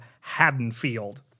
Haddonfield